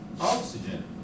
oxygen